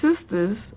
sisters